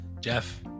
Jeff